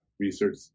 Research